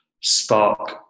spark